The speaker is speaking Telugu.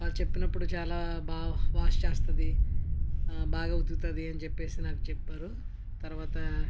వాళ్ళు చెప్పినప్పుడు చాలా బాగా వాష్ చేస్తుంది బాగా ఉతుకుతుంది అని చెప్పి నాకు చెప్పారు తర్వాత